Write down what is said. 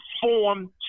form